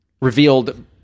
revealed